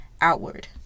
outward